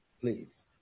please